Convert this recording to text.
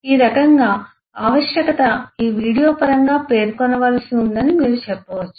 ఈ రకంగా ఆవశ్యకత ఈ వీడియో పరంగా పేర్కొనవలసిన ఉందని మీరు చెప్పవచ్చు